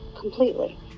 completely